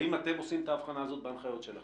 האם אתם עושים את ההבחנה הזאת בנחיות שלכם?